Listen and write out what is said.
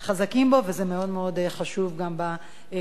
וזה היה מאוד מאוד חשוב גם בפן הלאומי.